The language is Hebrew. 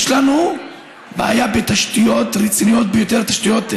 יש לנו בעיות רציניות ביותר בתשתיות,